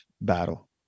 battle